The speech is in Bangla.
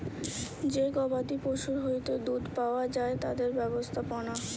যে গবাদি পশুর হইতে দুধ পাওয়া যায় তাদের ব্যবস্থাপনা